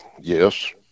Yes